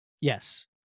yes